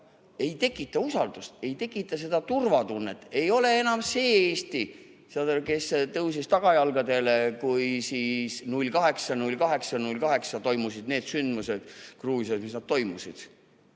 ei tekita usaldust, ei tekita turvatunnet, ei ole enam see Eesti, saad aru, kes tõusis tagajalgadele, kui 08.08.08 toimusid need sündmused Gruusias, mis toimusid.